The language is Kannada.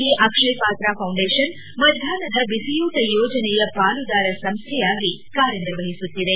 ಈ ಅಕ್ಷಯ ಪಾತ್ರ ಫೌಂಡೇಷನ್ ಮಧ್ವಾಷ್ನದ ಬಿಸಿಯೂಟ ಯೋಜನೆಯ ಪಾಲುದಾರ ಸಂಸ್ಥೆಯಾಗಿ ಕಾರ್ಯನಿರ್ವಹಿಸುತ್ತಿದೆ